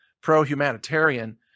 pro-humanitarian